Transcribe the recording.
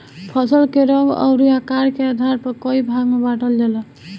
फसल के रंग अउर आकार के आधार पर कई भाग में बांटल जाला